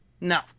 No